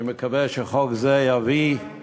אני מקווה שחוק זה יביא, אתה היית